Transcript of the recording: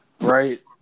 right